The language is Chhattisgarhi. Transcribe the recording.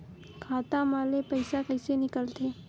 खाता मा ले पईसा कइसे निकल थे?